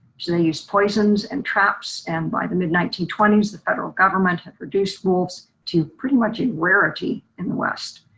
so they used poisons and traps. and by the mid nineteen twenty s, the federal government had produce wolves to pretty much in rarity in the west.